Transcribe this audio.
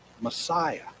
Messiah